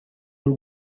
w’u